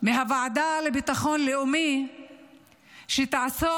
מהוועדה לביטחון לאומי שתעסוק